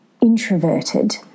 introverted